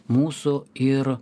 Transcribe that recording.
mūsų ir